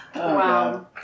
Wow